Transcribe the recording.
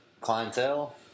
clientele